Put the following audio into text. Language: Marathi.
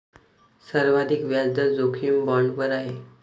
सर्वाधिक व्याजदर जोखीम बाँडवर आहे